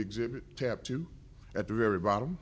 exhibit tab two at the very bottom